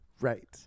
Right